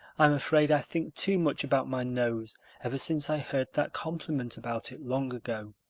i'm afraid i think too much about my nose ever since i heard that compliment about it long ago.